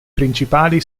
principali